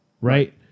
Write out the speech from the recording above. right